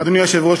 אדוני היושב-ראש,